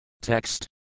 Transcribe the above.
Text